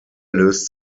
löst